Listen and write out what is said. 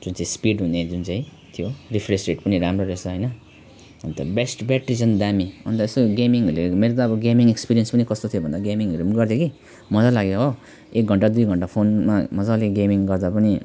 जुन चाहिँ स्पिड हुने जुन चाहिँ थियो डिसप्ले सेट पनि राम्रो रहेछ हैन अनि त बेस्ट ब्याट्री चाहिँ दामी अनि त यसो गेमिङहरूले मेरो त अब गेमिङ एक्सपेरियन्स पनि कस्तो थियो भन्दा गेमिङहरू पनि गर्थेँ के मजा लाग्यो हो एक घन्टा दुई घन्टा फोनमा मजाले गेमिङ गर्दा पनि